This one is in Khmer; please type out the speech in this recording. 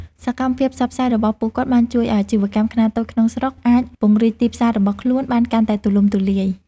សកម្មភាពផ្សព្វផ្សាយរបស់ពួកគាត់បានជួយឱ្យអាជីវកម្មខ្នាតតូចក្នុងស្រុកអាចពង្រីកទីផ្សាររបស់ខ្លួនបានកាន់តែទូលំទូលាយ។